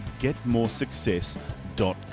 getmoresuccess.com